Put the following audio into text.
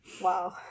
Wow